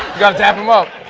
got to tap him up.